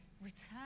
return